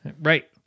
Right